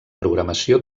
programació